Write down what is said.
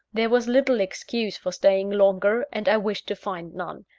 there was little excuse for staying longer and i wished to find none.